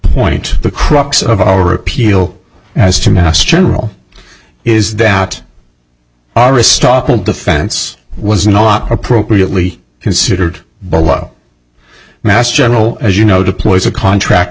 point the crux of our appeal as to mass general is that our a stock and defense was not appropriately considered below mass general as you know deploys a contract